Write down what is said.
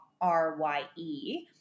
R-Y-E